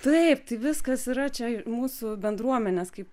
taip tai viskas yra čia mūsų bendruomenės kaip